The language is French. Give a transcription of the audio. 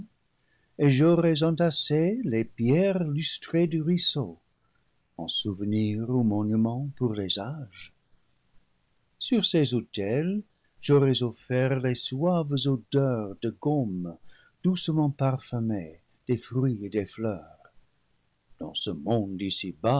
et j'aurais entassé les pierres lustrées du ruisseau en souvenir ou monument pour les âges sur ces autels j'aurais offert les suaves odeurs des gommes doucement parfumées des fruits et des fleurs dans le monde